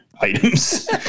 items